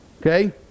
Okay